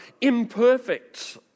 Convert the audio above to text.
imperfect